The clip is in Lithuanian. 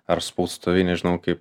ar spaustuvėj nežinau kaip